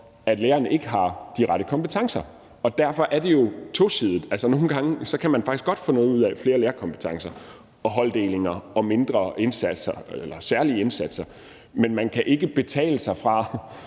at læreren ikke har de rette kompetencer, og derfor er det jo tosidet. Altså, nogle gange kan man faktisk godt få noget ud af flere lærerkompetencer, holdopdelinger og særlige indsatser, men man kan ikke betale sig fra,